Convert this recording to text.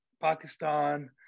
Pakistan